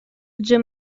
адже